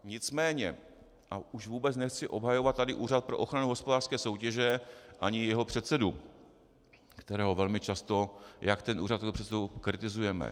Nicméně, a už vůbec nechci obhajovat tady Úřad pro ochranu hospodářské soutěže ani jeho předsedu, kterého velmi často jak ten úřad, tak toho předsedu kritizujeme.